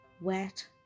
wet